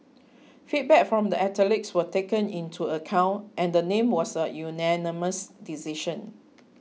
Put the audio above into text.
feedback from the athletes were taken into account and the name was a unanimous decision